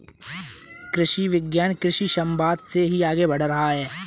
कृषि विज्ञान कृषि समवाद से ही आगे बढ़ रहा है